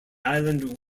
island